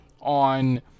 on